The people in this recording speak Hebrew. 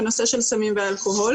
בנושא של סמים ואלכוהול